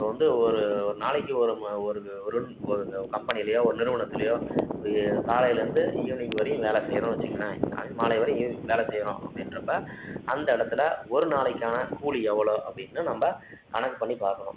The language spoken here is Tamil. இப்போ வந்து ஒரு ஒரு நாளைக்கு ஒரு மு ஒரு ஒரு கம்பெனிலேயோ ஒரு நிறுவனத்திலேயோ காலையிலிருந்து ஈவினிங் வரையும் வேலை செய்கிறோன்னு வச்சுங்களேன் காலையிலேருந்து மாலை வரையும் ஈவ் வேலை செய்கிறோம் அப்படின்றப்ப அந்த இடத்தில் ஒரு நாளைக்கான கூலி எவ்வளோ அப்படின்னு நம்ம கணக்கு பண்ணி பார்க்கணும்